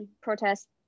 protest